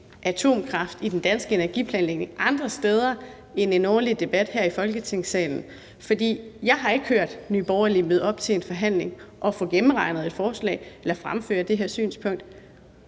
atomkraft i den danske energiplanlægning andre steder ind i en årlig debat her i Folketingssalen, for jeg har ikke hørt, at Nye Borgerlige er mødt op til en forhandling og har fået gennemregnet et forslag eller fremført det her synspunkt.